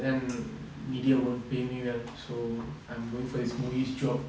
and media won't pay me well so I'm going for this movies job